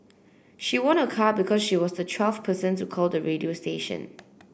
she won a car because she was the twelfth person to call the radio station